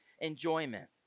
enjoyment